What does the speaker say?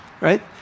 right